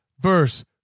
verse